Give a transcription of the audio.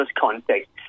context